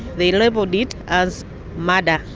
they labelled it as murder.